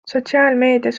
sotsiaalmeedias